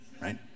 right